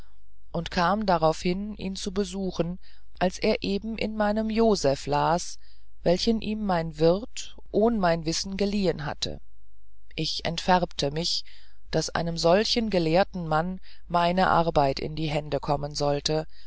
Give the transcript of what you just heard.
und kam darauf hin ihn zu besuchen als er eben in meinem joseph las welchen ihm mein wirt ohn mein wissen geliehen hatte ich entfärbte mich daß einem solchen gelehrten mann meine arbeit in die hände kommen sollte